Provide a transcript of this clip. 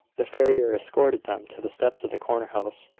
the farrier escorted them to the steps of the corner-house,